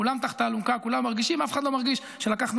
כולם תחת האלונקה ואף אחד לא מרגיש ששחטנו